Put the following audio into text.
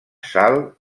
sal